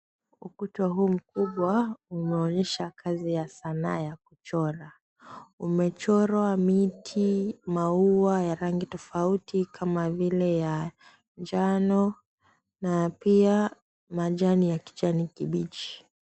Ukuta huu mkubwa unaonyesha kazi ya sanaa ya kuchora. Umechorwa miti, maua ya rangi tofauti kama vile ya njano na ya pia manjani ya kijani kibichi.